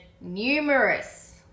numerous